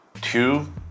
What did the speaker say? two